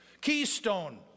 keystone